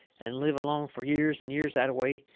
and live along fur years and years that-a-way,